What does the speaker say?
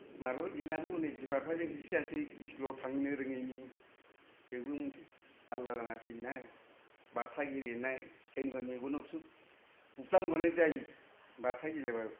marble गेलेनायाबो हनै बिमा बिफाजों होसोजानोसै स्कुल आव थांनो रोङैनि बेबो मोनसे जाल्ला जाना फैयोना बाथा गेलेनाय सोरनिबा मेगनावसो बुफ्लांबोनाय जायो बाथा गेलेबाबो